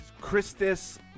Christus